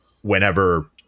Whenever